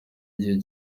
gihe